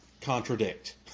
contradict